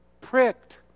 pricked